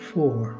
Four